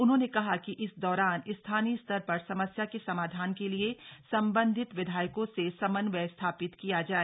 उन्होंने कहा कि इस दौरान स्थानीय स्तर पर समस्या के समाधान के लिए संबंधित विधायकों से समन्वय स्थापित किये जाए